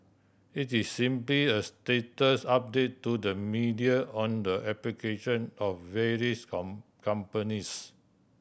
it's is simply a status update to the media on the application of various companies